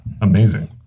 amazing